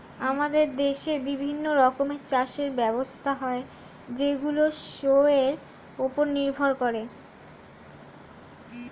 আমাদের দেশে বিভিন্ন রকমের চাষের ব্যবস্থা হয় যেইগুলো শোয়ের উপর নির্ভর করে